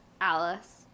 alice